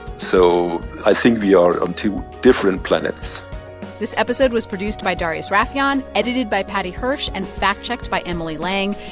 so i think we are on two different planets this episode was produced by darius rafieyan, edited by paddy hirsch and fact-checked by emily lang.